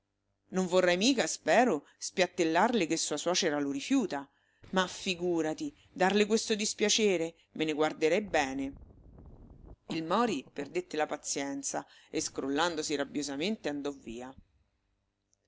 non vorrai mica spero spiattellarle che sua suocera lo rifiuta ma figùrati darle questo dispiacere me ne guarderei bene il mori perdette la pazienza e scrollandosi rabbiosamente andò via